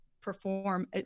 perform